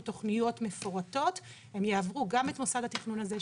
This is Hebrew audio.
תכניות מפורטות הם יעברו גם את מוסד התכנון הזה,